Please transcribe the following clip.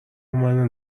منو